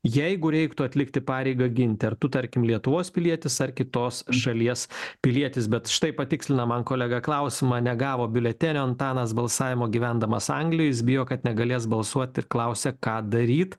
jeigu reiktų atlikti pareigą ginti ar tu tarkim lietuvos pilietis ar kitos šalies pilietis bet štai patikslina man kolega klausimą negavo biuletenio antanas balsavimo gyvendamas anglijoj jis bijo kad negalės balsuot ir klausia ką daryt